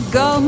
go